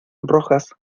rojas